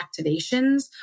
activations